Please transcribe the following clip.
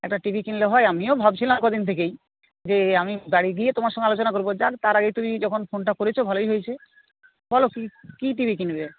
একটা TV কিনলে হয় আমিও ভাবছিলাম কদিন থেকেই যে আমি বাড়ি গিয়ে তোমার সঙ্গে আলোচনা করব যাক তার আগে তুমি যখন ফোনটা করেছ ভালোই হয়েছে বলো কী কী টি ভি কিনবে